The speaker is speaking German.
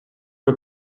bei